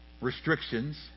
restrictions